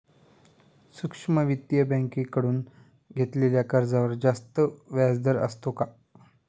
सूक्ष्म वित्तीय बँकेकडून घेतलेल्या कर्जावर जास्त व्याजदर असतो का?